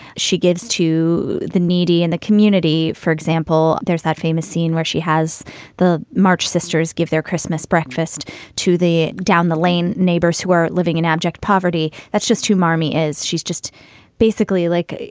she gives to the needy in the community. for example, there's that famous scene where she has the march sisters give their christmas breakfast to the down the lane neighbors who are living in abject poverty. that's just to marmy as she's just basically like,